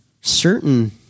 certain